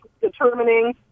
determining